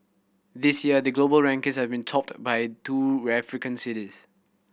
this year the global rankings have been topped by two African cities